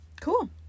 Cool